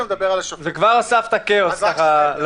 קודם כל,